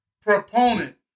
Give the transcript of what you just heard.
proponent